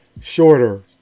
shorter